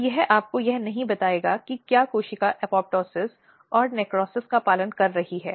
तो वह श्याम नारायण बनाम राज्य 2013 था